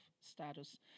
status